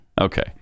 Okay